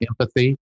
empathy